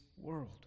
world